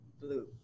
blue